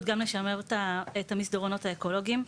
גם לשמר את המסדרונות האקולוגיים.